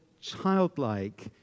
childlike